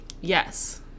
Yes